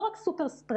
לא רק super spreaders,